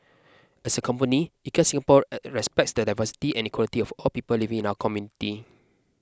as a company IKEA Singapore respects the diversity and equality of all people living in our community